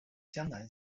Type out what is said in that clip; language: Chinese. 江南